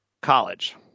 college